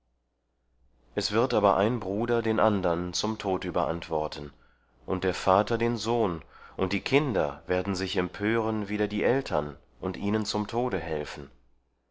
es wird aber ein bruder den andern zum tod überantworten und der vater den sohn und die kinder werden sich empören wider die eltern und ihnen zum tode helfen